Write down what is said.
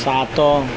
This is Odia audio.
ସାତ